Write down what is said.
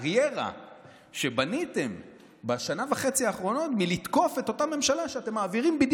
אבל בשנה וחצי האחרונות בניתם קריירה מתקיפה של אותה ממשלה,